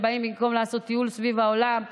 הם באים במקום לעשות טיול סביב העולם.